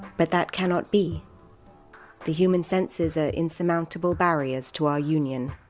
but that cannot be the human senses are insurmountable barriers to our union